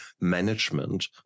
management